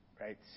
Right